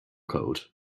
code